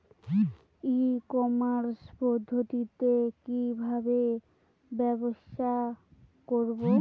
ই commerce পদ্ধতিতে কি ভাবে ব্যবসা করব?